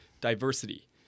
diversity